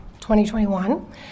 2021